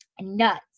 nuts